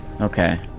Okay